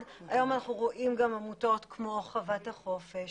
היום אנחנו רואים גם עמותות כמו חוות החופש,